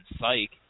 Psych